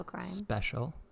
special